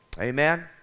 Amen